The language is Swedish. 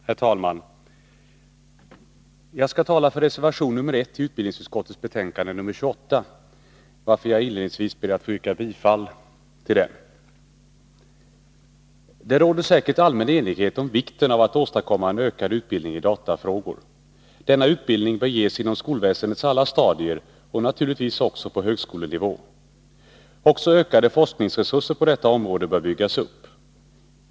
Herr talman! Jag skall tala för reservation nr 1 i utbildningsutskottets betänkande nr 28, varför jag inledningsvis ber att få yrka bifall till den. Det råder säkert allmän enighet om vikten av att åstadkomma en ökad utbildning i datafrågor. Denna utbildning bör ges inom skolväsendets alla stadier och naturligtvis också på högskolenivå. Också ökade forskningsresurser på detta område bör byggas upp.